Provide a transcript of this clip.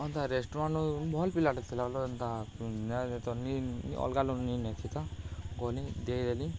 on ରେଷ୍ଟୁରାଣ୍ଟ୍ରୁ ଭଲ ପିଲାଟ ଥିଲା ବଲ ଏନ୍ ତ ନିନ୍ ଅଲଗାଲ ନି ନେଥି ତ ଗନି ଦେଇଦେଲି